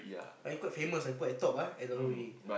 like he quite famous ah quite at top ah at W_W_E